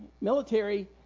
military